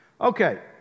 Okay